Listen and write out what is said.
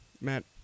Matt